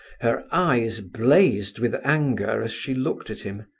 her eyes blazed with anger as she looked at him.